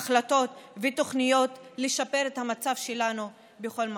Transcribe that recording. החלטות ותוכניות לשפר את המצב שלנו בכל מקום.